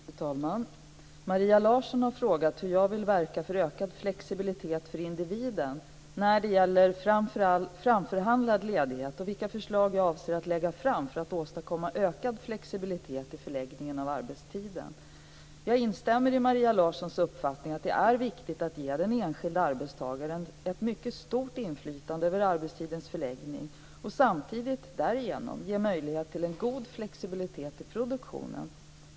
Fru talman! Maria Larsson har frågat hur jag vill verka för ökad flexibilitet för individen när det gäller framförhandlad ledighet och vilka förslag jag avser att lägga fram för att åstadkomma ökad flexibilitet i förläggningen av arbetstiden. Jag instämmer i Maria Larssons uppfattning att det är viktigt att ge den enskilda arbetstagaren ett mycket stort inflytande över arbetstidens förläggning och samtidigt därigenom ge möjlighet till en god flexibilitet i produktionen.